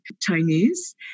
Chinese